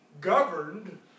governed